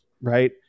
right